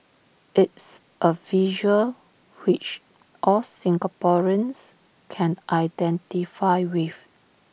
it's A visual which all Singaporeans can identify with